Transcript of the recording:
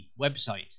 website